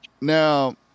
now